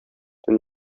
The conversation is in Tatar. төн